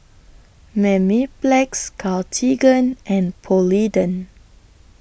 Mepilex Cartigain and Polident